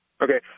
Okay